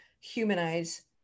humanize